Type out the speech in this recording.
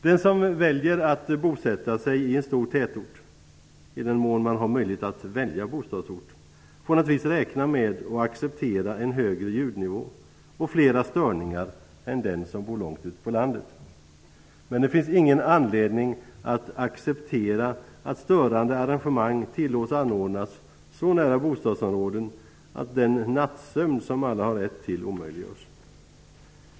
Den som väljer att bosätta sig i en stor tätort -- i den mån man har möjlighet att välja bostadsort -- får naturligtvis räkna med och acceptera en högre ljudnivå och flera störningar än den som bor långt ute på landet, men det finns ingen anledning att acceptera att störande arrangemang tillåts anordnas så nära bostadsområden att den nattsömn som alla har rätt till omöjliggörs.